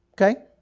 Okay